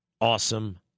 Awesome